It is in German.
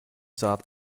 saat